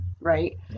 right